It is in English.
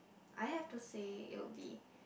I have to say it will be